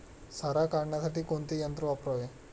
सारा काढण्यासाठी कोणते यंत्र वापरावे?